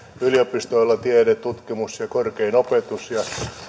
yliopistoilla tiede tutkimus ja korkein opetus ja